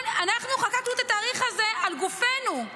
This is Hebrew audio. אנחנו חקקנו את התאריך הזה על גופנו,